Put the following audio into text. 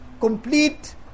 complete